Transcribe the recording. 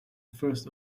first